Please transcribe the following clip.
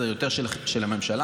יותר של הממשלה,